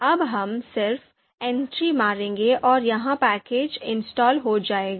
अब हम सिर्फ एंट्री मारेंगे और यह पैकेज इंस्टॉल हो जाएगा